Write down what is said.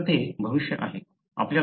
तर हे भविष्य आहे